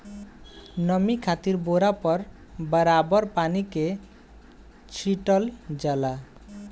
नमी खातिर बोरा पर बराबर पानी के छीटल जाला